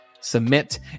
submit